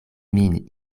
min